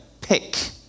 pick